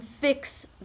fix